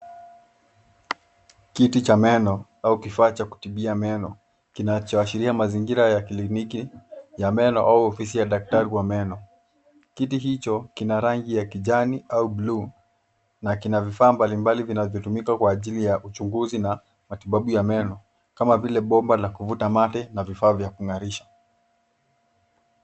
Kiti cha meno au kifaa cha kutibia meno, kinachoashiria mazingira ya kliniki ya meno au ofisi ya daktari wa meno. Kiti hicho kina rangi ya kijani au bluu na kina vifaa mbalimbali vinavyotumika kwa ajili ya uchunguzi na matibabu ya meno kama vile bomba la kuvuta mate na vifaa vya kung'arisha.